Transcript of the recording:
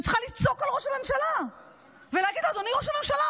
אני צריכה לצעוק על ראש הממשלה ולהגיד לו: אדוני ראש הממשלה,